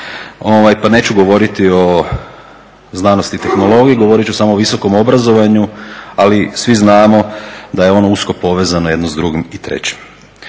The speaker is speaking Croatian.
pa neću govoriti o znanosti i tehnologiji, govorit ću samo o visokom obrazovanju, ali svi znamo da je ono usko povezano jedno s drugim i trećim.